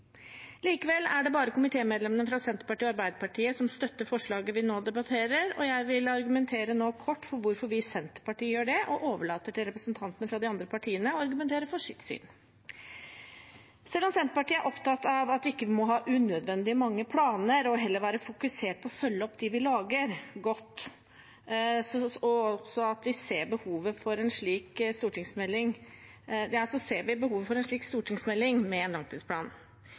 Likevel er det bare komitémedlemmene fra Senterpartiet og Arbeiderpartiet som støtter forslaget vi nå debatterer, og jeg vil nå argumentere kort for hvorfor vi i Senterpartiet gjør det, og overlater til representantene fra de andre partiene å argumentere for sitt syn. Selv om Senterpartiet er opptatt av at vi ikke må ha unødvendig mange planer og heller være fokusert på å følge godt opp de vi lager, ser vi behovet for en slik stortingsmelding med en langtidsplan. Vi har lyttet til barneombudet, som gir sin støtte til forslaget, og vi